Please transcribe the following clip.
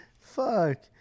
Fuck